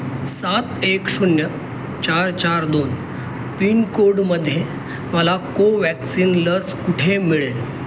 सात एक शून्य चार चार दोन पिनकोडमध्ये मला कोवॅक्सिन लस कुठे मिळेल